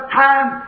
time